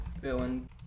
villain